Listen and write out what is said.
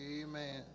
Amen